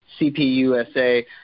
CPUSA